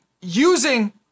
using